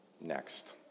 next